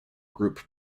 group